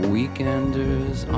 Weekenders